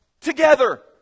together